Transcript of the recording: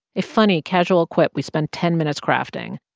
a funny casual quip we spent ten minutes crafting.